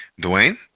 Dwayne